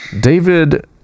David